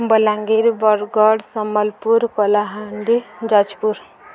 Balangir Bargarh Sambalpur Kalahandi Jajpur